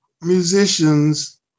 musicians